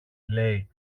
λέει